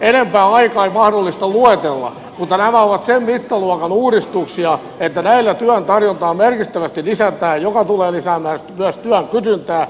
enempää aika ei mahdollista luetella mutta nämä ovat sen mittaluokan uudistuksia että näillä työn tarjontaa merkittävästi lisätään ja se tulee lisäämään myös työn kysyntää